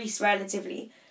relatively